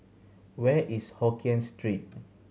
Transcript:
where is Hokien Street